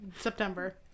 September